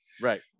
Right